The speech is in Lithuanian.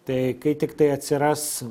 tai kai tiktai atsiras